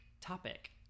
topic